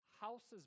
houses